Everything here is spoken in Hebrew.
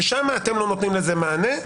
ששם אתם לא נותנים לזה מענה.